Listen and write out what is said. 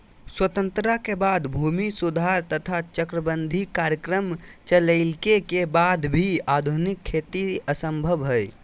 स्वतंत्रता के बाद भूमि सुधार तथा चकबंदी कार्यक्रम चलइला के वाद भी आधुनिक खेती असंभव हई